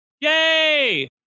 Yay